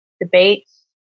debates